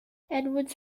edwards